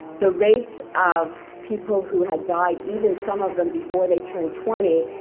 the rates of people who had died, even some of them before they turned twenty,